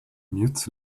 mutes